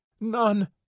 none